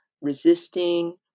resisting